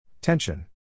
Tension